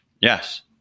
Yes